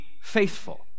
faithful